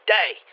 day